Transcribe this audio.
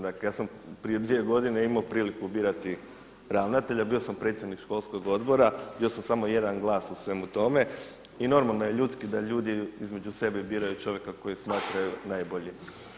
Dakle, ja sam prije dvije godine imao priliku birati ravnatelja, bio sam predsjednik školskog odbora, bio sam samo jedan glas u svemu tome i normalno je i ljudski da ljudi između sebe biraju čovjeka kojeg smatraju najboljim.